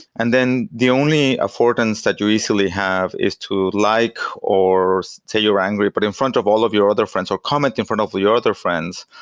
and then the only affordance that you easily have is to like or say you're angry, but in front of all of your other friends or commenting in front of all your other friends,